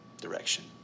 direction